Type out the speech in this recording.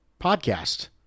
podcast